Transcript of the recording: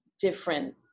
different